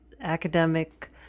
academic